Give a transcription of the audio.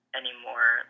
anymore